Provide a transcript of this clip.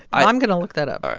i'm going to look that up ah